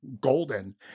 golden